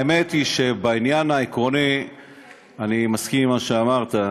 האמת היא שבעניין העקרוני אני מסכים למה שאמרת,